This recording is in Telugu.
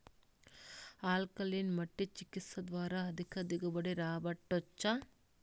ఆల్కలీన్ మట్టి చికిత్స ద్వారా అధిక దిగుబడి రాబట్టొచ్చా